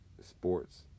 Sports